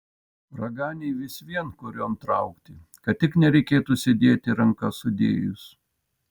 raganiui vis vien kurion traukti kad tik nereikėtų sėdėti rankas sudėjus